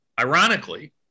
ironically